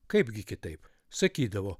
kaipgi kitaip sakydavo